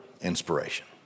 inspiration